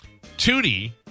Tootie